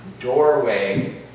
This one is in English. doorway